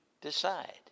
decide